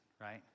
Right